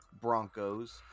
Broncos